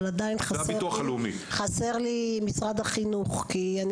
אבל עדיין חסר לי משרד החינוך כי אני